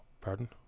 Pardon